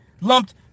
lumped